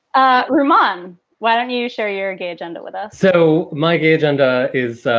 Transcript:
ah rahman, why don't you share your gay agenda with us? so my gay agenda is.